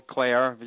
Claire